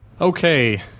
Okay